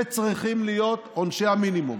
אלה צריכים להיות עונשי המינימום.